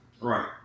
right